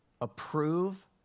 approve